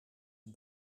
een